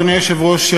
אדוני היושב-ראש,